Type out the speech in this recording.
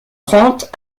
trente